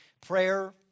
prayer